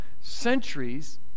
centuries